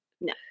No